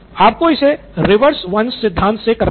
आपको इसे reverse once सिद्धांत से करना है